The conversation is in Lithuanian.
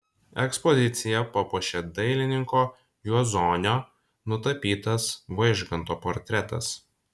ekspoziciją papuošė dailininko juozonio nutapytas vaižganto portretas